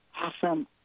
awesome